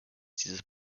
dieses